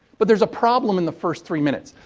but, there's a problem in the first three minutes.